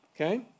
Okay